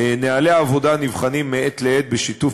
3. נוהלי העבודה נבחנים מעת לעת בשיתוף